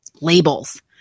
labels